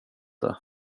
det